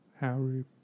Harry